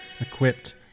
equipped